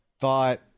thought